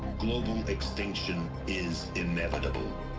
global extinction is inevitable